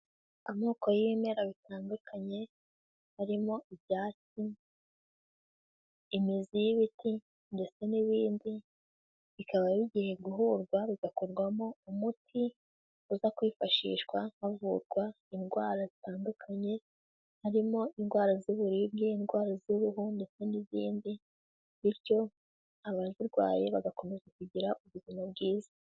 Amoko y'ibimera bitandukanye harimo ibyatsi, imizi y'ibiti ndetse n'ibindi, bikaba bigiye guhurwa bigakorwamo umuti uza kwifashishwa havurwa indwara zitandukanye harimo indwara z'uburibwe, indwara z'uruhu ndetse z'ibindi bityo abazirwaye bagakomeza kugira ubuzima bwiza.